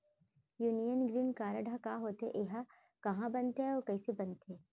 Union green card का होथे, एहा कहाँ बनथे अऊ कइसे बनथे?